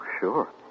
sure